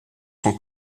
sont